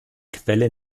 quelle